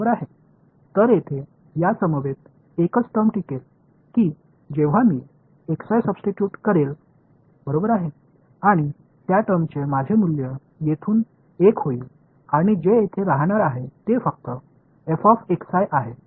எனவே இந்த சுருக்கத்தில் நான் மாற்றும்போது ஒரே ஒரு வெளிப்பாடு மட்டுமே நீடித்து இருக்கும் இருக்கும் அந்தச் வெளிப்பாடு எனது மதிப்பு இங்கிருந்து 1 ஆக இருக்கும் இங்கு எஞ்சியிருப்பது வெறுமனே